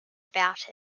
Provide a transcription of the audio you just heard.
about